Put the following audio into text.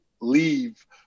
leave